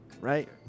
right